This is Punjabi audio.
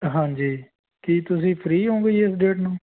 ਹਾਂਜੀ ਕੀ ਤੁਸੀਂ ਫਰੀ ਹੋਊਗੇ ਜੀ ਇਸ ਡੇਟ ਨੂੰ